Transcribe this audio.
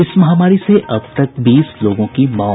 इस महामारी से अब तक बीस लोगों की मौत